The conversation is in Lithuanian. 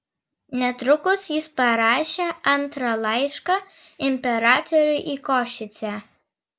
netrukus jis parašė antrą laišką imperatoriui į košicę